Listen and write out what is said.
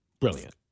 Brilliant